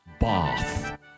Bath